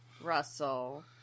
Russell